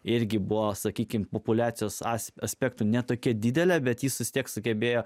irgi buvo sakykime populiacijos aspektu ne tokia didelė bet jis vis tiek sugebėjo